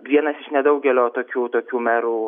vienas iš nedaugelio tokių tokių merų